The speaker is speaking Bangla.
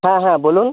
হ্যাঁ হ্যাঁ বলুন